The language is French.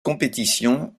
compétition